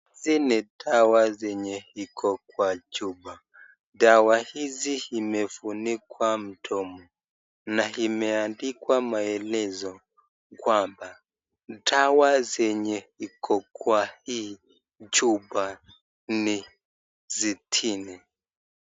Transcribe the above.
Hizi ni dawa zenye iko kwa chupa, dawa hizi imefunikwa mndomo , na imeandikwa maelezo kwamba dawa zenye iko kwa hii chupa ni sitini.